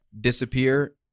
disappear